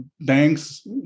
banks